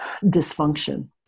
dysfunction